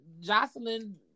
Jocelyn